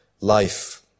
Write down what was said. life